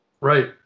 Right